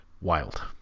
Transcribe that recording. wild